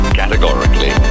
categorically